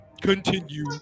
continue